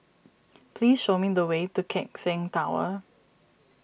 please show me the way to Keck Seng Tower